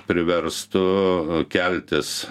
priverstų keltis